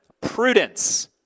prudence